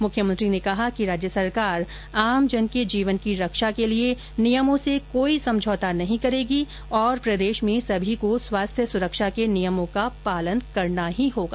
मुख्यमंत्री ने कहा कि राज्य सरकार आमजन के जीवन की रक्षा करने के लिए नियमों से कोई समझौता नहीं करेगी और प्रदेश में सभी को स्वास्थ्य सुरक्षा के नियमों का पालना करना होगा